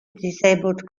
disabled